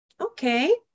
Okay